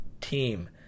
team